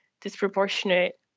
disproportionate